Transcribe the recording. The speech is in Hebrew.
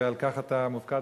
ועל כך אתה מופקד,